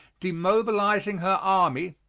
demobilizing her army,